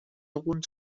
algun